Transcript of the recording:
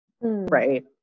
right